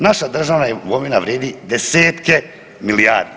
Naša državna imovina vrijedi desetke milijarde.